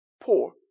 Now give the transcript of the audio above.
poor